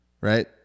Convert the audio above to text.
Right